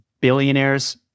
billionaires